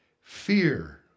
Fear